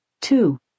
two